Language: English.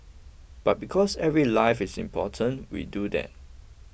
but because every life is important we do that